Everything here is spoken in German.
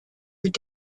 mit